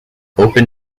open